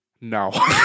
no